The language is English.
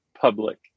public